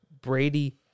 Brady